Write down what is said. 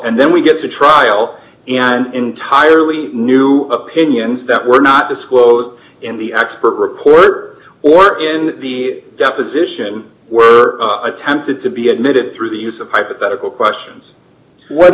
and then we get to trial and entirely new opinions that were not disclosed in the expert report or in the deposition were attempted to be admitted through the use of hypothetical questions what